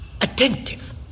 attentive